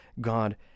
God